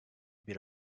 bir